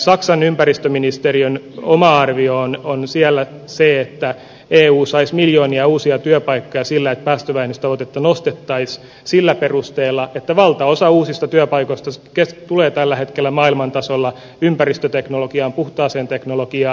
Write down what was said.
saksan ympäristöministeriön oma arvio on siellä se että eu saisi miljoonia uusia työpaikkoja sillä että päästövähennystavoitetta nostettaisiin sillä perusteella että valtaosa uusista työpaikoista tulee tällä hetkellä maailman tasolla ympäristöteknologiaan puhtaaseen teknologiaan